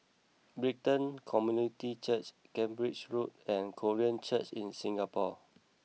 Brighton Community Church Cambridge Road and Korean Church in Singapore